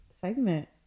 segment